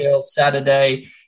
Saturday